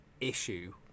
issue